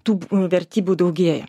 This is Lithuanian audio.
tų vertybių daugėja